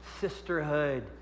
sisterhood